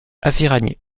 aviragnet